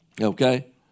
Okay